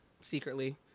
secretly